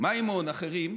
מימון ואחרים,